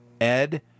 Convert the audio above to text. ed